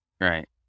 Right